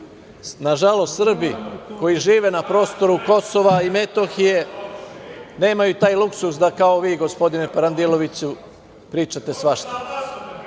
Srbi koji žive na prostoru Kosova i Metohije nemaju taj luksuz da kao vi, gospodine Parandiloviću, pričate svašta. Mi